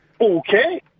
okay